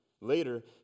Later